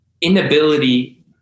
inability